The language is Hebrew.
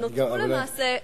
ונוצרו למעשה,